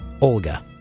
Olga